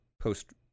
post